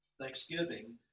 Thanksgiving